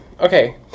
Okay